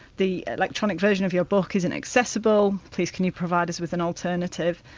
the electronic version of your book isn't accessible, please can you provide us with an alternative.